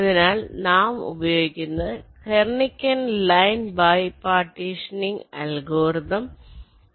അതിനാൽ നാം ഉപയോഗിക്കുന്നത് കെർണിക്കാൻ ലൈൻ ബിപാർട്ടീഷനിങ് അൽഗോരിതം ആണ്